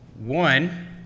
One